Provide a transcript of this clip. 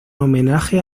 homenaje